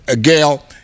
Gail